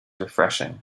refreshing